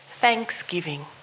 Thanksgiving